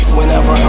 Whenever